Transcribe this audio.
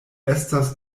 estas